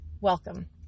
welcome